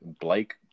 Blake